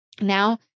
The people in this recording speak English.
Now